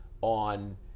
on